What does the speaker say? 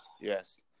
Yes